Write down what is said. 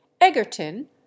Egerton